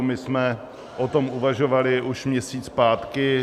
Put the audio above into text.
My jsme o tom uvažovali už měsíc zpátky.